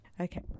Okay